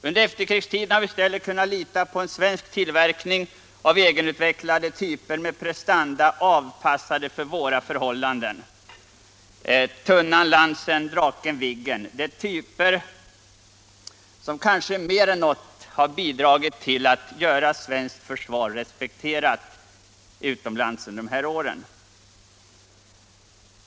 Under efterkrigstiden har vi i stället kunnat lita till en svensk tillverkning av egenutvecklade typer med prestanda avpassade för våra förhållanden: Tunnan, Lansen, Draken, Viggen. Det är flygplanstyper som kanske mer än något annat har bidragit till att göra svenskt försvar respekterat utomlands under de här åren.